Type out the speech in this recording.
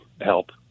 help